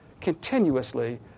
continuously